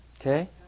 Okay